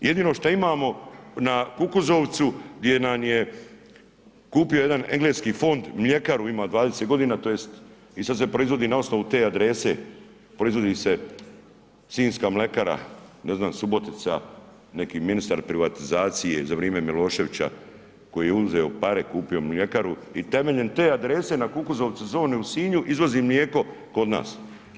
Jedino šta imamo na Kukuzovcu gdje nam je kupio jedan engleski fond mljekaru ima 20.g. tj. i sad se proizvodi na osnovu te adrese, proizvodi se sinjska mlekara, ne znam Subotica, neki ministar privatizacije za vrijeme Miloševića koji je uzeo pare, kupio mljekaru i temeljem te adrese na Kukuzovcu … [[Govornik se ne razumije]] u Sinju izvozi mlijeko kod nas.